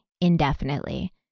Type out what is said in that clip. indefinitely